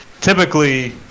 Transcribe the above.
typically